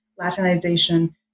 Latinization